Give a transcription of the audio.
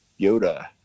Yoda